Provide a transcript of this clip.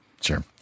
Sure